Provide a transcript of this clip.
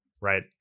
right